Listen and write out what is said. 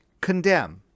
condemn